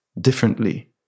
differently